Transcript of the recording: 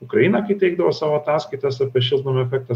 ukrainą kai teikdavo savo ataskaitas apie šiltnamio efektą